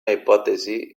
hipòtesi